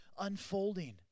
unfolding